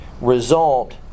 result